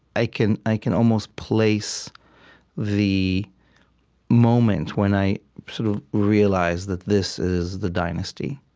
i can i can almost place the moment when i sort of realized that this is the dynasty.